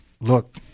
look